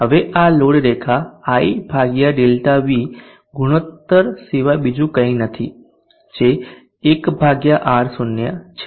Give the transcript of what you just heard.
હવે આ લોડ રેખા I ∆V ગુણોત્તર સિવાય બીજું કંઇ નથી જે 1 R0 છે